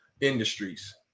industries